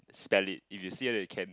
spell it if you see whether you can